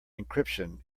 encryption